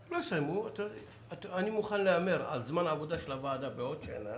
אני מוכן להמר על זמן העבודה של הוועדה בעוד שנה